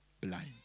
Blind